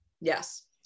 Yes